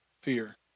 fear